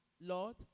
Lord